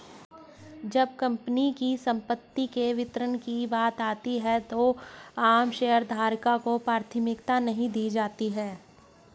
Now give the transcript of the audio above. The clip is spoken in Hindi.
जब कंपनी की संपत्ति के वितरण की बात आती है तो आम शेयरधारकों को प्राथमिकता नहीं दी जाती है